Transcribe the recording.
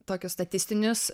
tokius statistinius